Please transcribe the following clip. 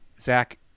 Zach